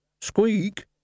Squeak